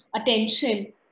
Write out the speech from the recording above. attention